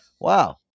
wow